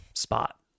spot